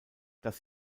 dass